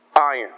iron